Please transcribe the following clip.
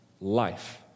life